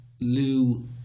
Lou